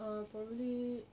err probably